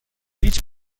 هیچ